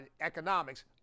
economics